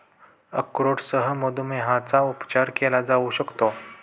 अक्रोडसह मधुमेहाचा उपचार केला जाऊ शकतो